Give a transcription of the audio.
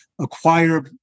acquire